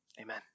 Amen